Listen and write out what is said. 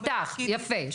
יפה.